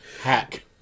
Hack